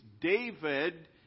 David